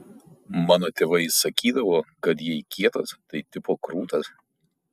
mano tėvai sakydavo kad jei kietas tai tipo krūtas